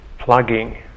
plugging